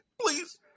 Please